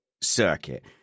circuit